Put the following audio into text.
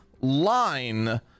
line